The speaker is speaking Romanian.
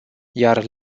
iar